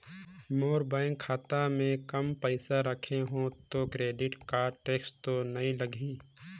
मोर bank खाता मे काम पइसा रखे हो तो क्रेडिट कारड टेक्स तो नइ लाही???